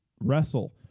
wrestle